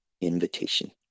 invitation